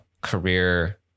career